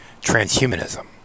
Transhumanism